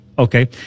Okay